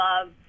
love